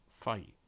fight